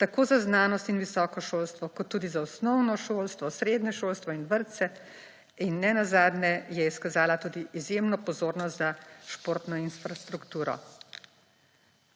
tako za znanost in visoko šolstvo kot tudi za osnovno šolstvo, srednje šolstvo in vrtce in nenazadnje je izkazala tudi izjemno pozornost za športno infrastrukturo.